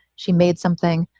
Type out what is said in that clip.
she made something.